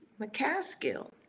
McCaskill